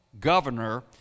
governor